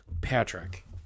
Patrick